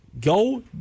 Go